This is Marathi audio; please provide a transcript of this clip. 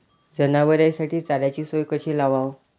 जनावराइसाठी चाऱ्याची सोय कशी लावाव?